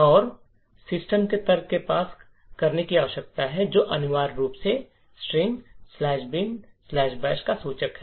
दूसरे हमें सिस्टम के तर्क को पास करने की आवश्यकता है जो अनिवार्य रूप से string bin bash string "binbash" का सूचक है